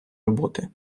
роботи